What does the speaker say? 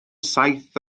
saith